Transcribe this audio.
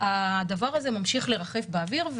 הדבר הזה ממשיך לרחף באוויר,